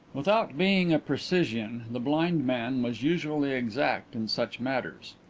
without being a precisian, the blind man was usually exact in such matters.